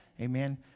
Amen